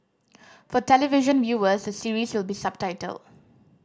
for television viewers the series will be subtitled